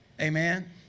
Amen